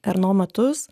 erno metus